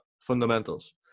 fundamentals